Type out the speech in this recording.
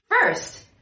First